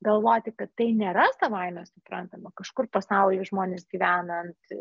galvoti kad tai nėra savaime suprantama kažkur pasaulyje žmonės gyvena ant